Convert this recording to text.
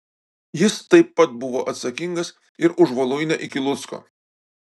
jis taip pat buvo atsakingas ir už voluinę iki lucko